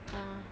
ah